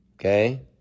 Okay